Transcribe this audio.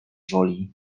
woli